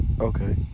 Okay